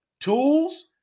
tools